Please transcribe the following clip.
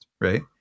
right